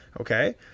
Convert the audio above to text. Okay